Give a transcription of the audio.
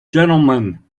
gentlemen